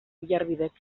oiarbidek